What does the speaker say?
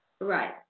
right